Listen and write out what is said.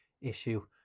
issue